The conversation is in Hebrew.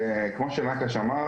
כמו שנקש אמר,